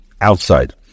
outside